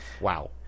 Wow